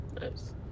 Nice